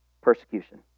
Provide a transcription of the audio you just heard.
persecution